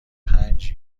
پنج